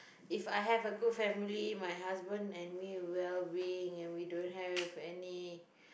if I have a good family my husband and me well being and we don't have any